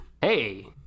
hey